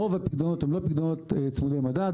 רוב הפיקדונות הם לא פיקדונות צמודי מדד,